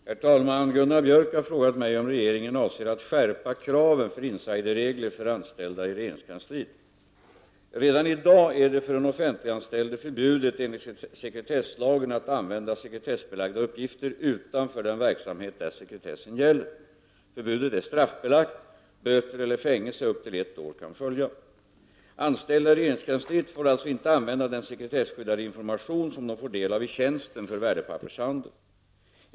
Herr talman! Gunnar Björk har frågat mig om regeringen avser att skärpa kraven för insiderregler för anställda i regeringskansliet. Redan i dag är det för den offentliganställde förbjudet enligt sekretesslagen att använda sekretessbelagda uppgifter utanför den verksamhet där sekretessen gäller. Förbudet är straffbelagt. Böter eller fängelse upp till ett år kan följa. Anställda i regeringskansliet får alltså inte använda den sekretessskyddade information som de får del av i tjänsten för värdepappershandel.